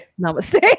Namaste